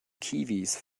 kiwis